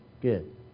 Good